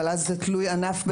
אבל אז זה תלוי ענף,